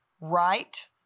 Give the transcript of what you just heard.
right